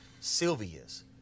Sylvia's